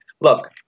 Look